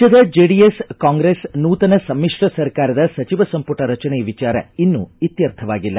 ರಾಜ್ಯದ ಜೆಡಿಎಸ್ ಕಾಂಗ್ರೆಸ್ ನೂತನ ಸಮಿತ್ರ ಸರ್ಕಾರದ ಸಚಿವ ಸಂಪುಟ ರಚನೆ ವಿಚಾರ ಇನ್ನೂ ಇತ್ತರ್ಥವಾಗಿಲ್ಲ